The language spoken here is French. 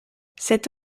cette